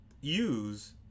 use